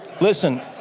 Listen